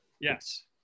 yes